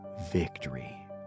victory